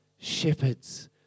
shepherds